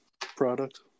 product